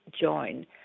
join